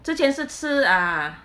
之前是吃 ah